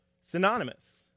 synonymous